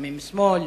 לפעמים משמאל,